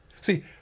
See